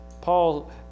Paul